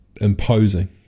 imposing